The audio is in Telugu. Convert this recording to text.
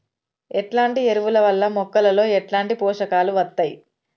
ఎట్లాంటి ఎరువుల వల్ల మొక్కలలో ఎట్లాంటి పోషకాలు వత్తయ్?